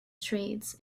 trades